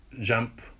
jump